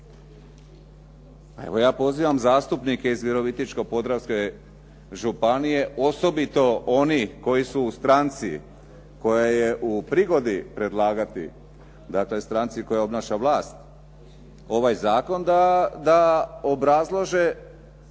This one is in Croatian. Evo ja pozivam zastupnike iz Virovitičko-podravske županije osobito oni koji su u stranci koja je u prigodi predlagati, dakle stranci koja obnaša vlast ovaj zakon da obrazlože